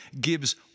gives